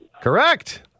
Correct